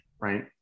right